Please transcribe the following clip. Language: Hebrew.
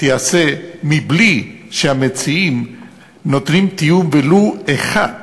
ייעשה מבלי שהמציעים נותנים טיעון, ולו אחד,